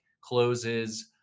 closes